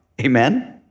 amen